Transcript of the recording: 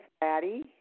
Patty